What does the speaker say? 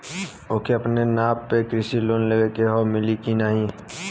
ओके अपने नाव पे कृषि लोन लेवे के हव मिली की ना ही?